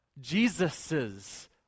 Jesus's